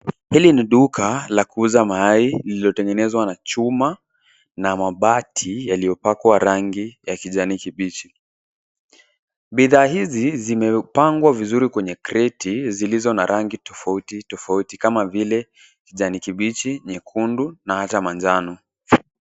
Hili ni duka la kuuza mayai lililotengenezwa na chuma na mabati yaliyopakwa rangi ya kijani kibichi. Bidhaa hizi zimepangwa vizuri kwenye kreti zilizo na rangi tofauti tofauti, kama vile kijani kibichi, nyekundu, na hata manjano.